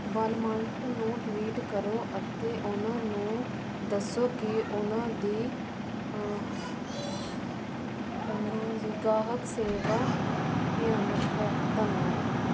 ਵਾਲਮੰਟ ਨੂੰ ਟਵੀਟ ਕਰੋ ਅਤੇ ਉਹਨਾਂ ਨੂੰ ਦੱਸੋ ਕਿ ਉਹਨਾਂ ਦੀ ਉਹਨਾਂ ਦੀ ਗਾਹਕ ਸੇਵਾ ਭਿਆਨਕ ਹੈ ਧੰਨਵਾਦ